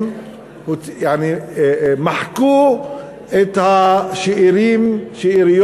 הם באו ומחקו את השאריות,